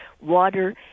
water